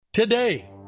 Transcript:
Today